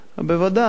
ודאי